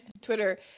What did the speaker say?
Twitter